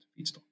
feedstock